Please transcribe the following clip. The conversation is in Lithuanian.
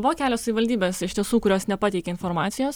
buvo kelios savivaldybės iš tiesų kurios nepateikė informacijos